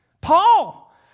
Paul